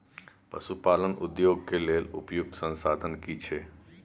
पशु पालन उद्योग के लेल उपयुक्त संसाधन की छै?